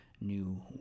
new